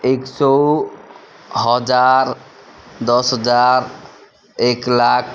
एक सौ हजार दस हजार एक लाख